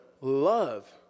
Love